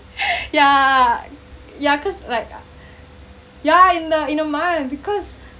yeah yeah because like I yeah in a in a month because